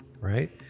right